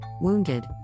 wounded